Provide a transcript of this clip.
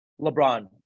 lebron